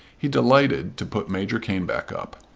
he delighted to put major caneback up.